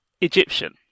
Egyptian